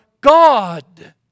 God